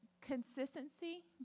consistency